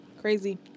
Crazy